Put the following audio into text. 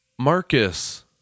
Marcus